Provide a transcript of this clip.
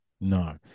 No